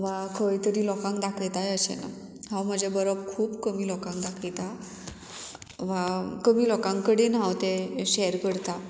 वा खंय तरी लोकांक दाखयताय अशें ना हांव म्हज्या बरो खूब कमी लोकांक दाखयता वा कमी लोकां कडेन हांव ते शॅर करता